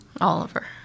Oliver